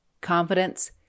Confidence